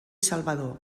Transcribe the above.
salvador